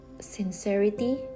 sincerity